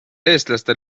eestlaste